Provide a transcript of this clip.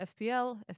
FPL